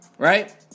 Right